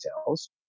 details